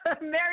Mary